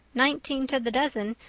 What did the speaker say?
nineteen to the dozen,